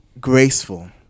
graceful